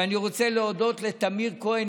ואני רוצה להודות לתמיר כהן,